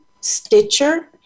Stitcher